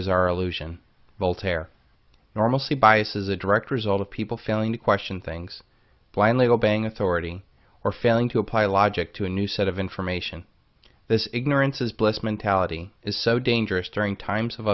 is our illusion voltaire normalcy bias is a direct result of people feeling to question things blindly go bang authority or failing to apply logic to a new set of information this ignorance is bliss mentality is so dangerous during times of